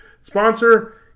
sponsor